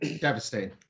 Devastating